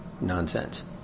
nonsense